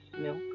milk